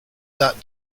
that